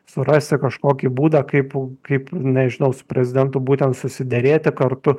surasti kažkokį būdą kaip kaip nežinau su prezidentu būtent susiderėti kartu